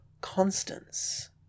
constants